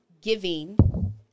giving